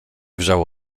wrzało